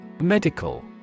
Medical